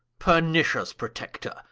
pernitious protector,